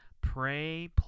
Pray